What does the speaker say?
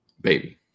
Baby